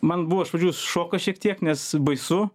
man buvo iš pradžių šokas šiek tiek nes baisu